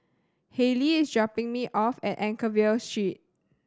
Hayley is dropping me off at Anchorvale Street